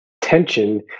tension